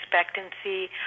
expectancy